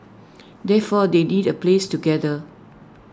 therefore they need A place to gather